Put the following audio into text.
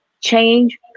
Change